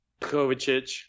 Kovacic